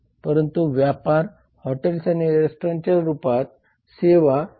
परंतु व्यापार हॉटेल्स आणि रेस्टॉरंटच्या रूपात सेवा 9